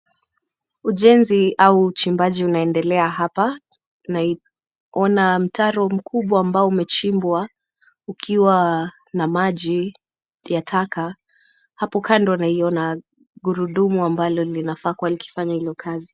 Ujenzi au uchimbaji unaendelea hapa, naiona mtaro mkubwa ambao umechimbwa. Ukiwa na maji ya taka. Hapo kando naiona gurudumu ambalo linafaa kuwa likifanya hilo kazi.